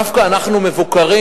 דווקא אנחנו מבוקרים,